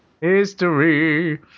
history